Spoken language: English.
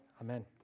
amen